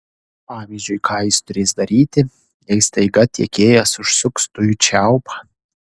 pavyzdžiui ką jis turės daryti jei staiga tiekėjas užsuks dujų čiaupą